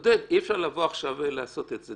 עודד, אי אפשר לבוא עכשיו ולעשות את זה.